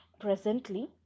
Presently